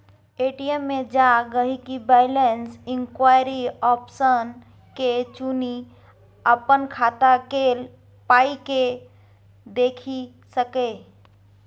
ATM मे जा गांहिकी बैलैंस इंक्वायरी आप्शन के चुनि अपन खाता केल पाइकेँ देखि सकैए